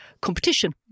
competition